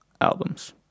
albums